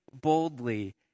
boldly